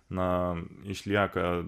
na išlieka